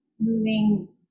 moving